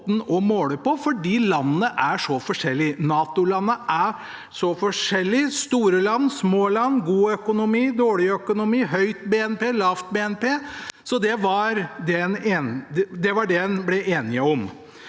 NATO-landene er så forskjellige – store land, små land, god økonomi, dårlig økonomi, høyt BNP, lavt BNP – så det var det en ble enig om.